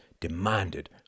demanded